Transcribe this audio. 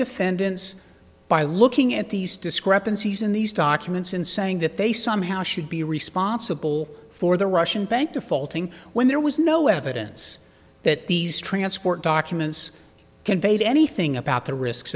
defendants by looking at these discrepancies in these documents and saying that they somehow should be responsible for the russian bank defaulting when there was no evidence that these transport documents conveyed anything about the risks